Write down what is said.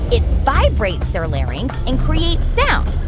it vibrates their larynx and creates sound.